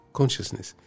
consciousness